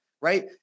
Right